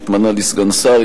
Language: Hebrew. שהתמנה לסגן שר,